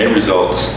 results